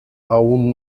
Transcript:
aún